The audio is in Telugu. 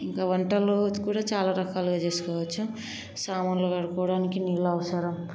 ఇంకా వంటలు కూడా చాలా రకాలుగా చేసుకోవచ్చు సామాన్లు కడుక్కోవడానికి నీళ్ళు అవసరం